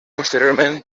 posteriorment